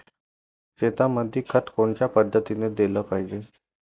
शेतीमंदी खत कोनच्या पद्धतीने देलं पाहिजे?